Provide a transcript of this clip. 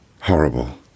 Horrible